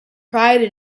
pride